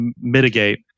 mitigate